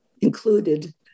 included